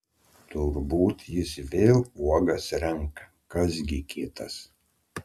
turbūt jis vėl uogas renka kas gi kitas